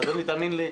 אדוני, תאמין לי,